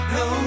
no